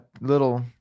little